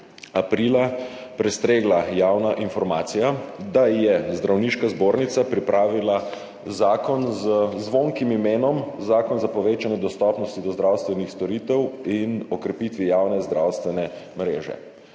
aprila prestregla javna informacija, da je Zdravniška zbornica pripravila zakon z zvonkim imenom zakon za povečanje dostopnosti do zdravstvenih storitev in o krepitvi javne zdravstvene mreže,